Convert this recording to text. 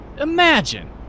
Imagine